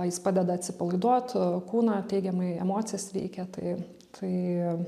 jis padeda atsipalaiduot kūną teigiamai emocijas veikia tai tai